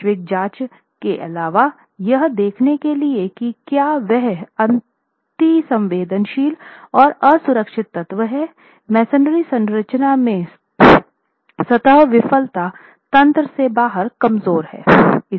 वैश्विक जाँच के अलावा यह देखने के लिए कि क्या वहाँ अतिसंवेदनशील और असुरक्षित तत्व हैंमसोनरी संरचना में सतह विफलता तंत्र से बाहर कमजोर हैं